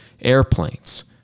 airplanes